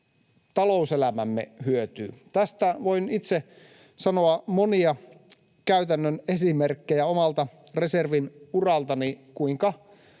talouselämämme hyötyy. Tästä voin itse sanoa monia käytännön esimerkkejä omalta reservin uraltani, kuinka